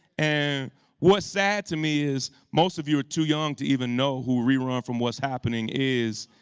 and what's sad to me is most of you are too young to even know who rerun from what's happening! is.